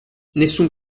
nessun